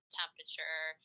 temperature